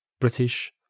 British